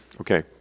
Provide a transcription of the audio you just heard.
Okay